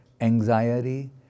anxiety